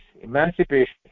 emancipation